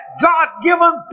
God-given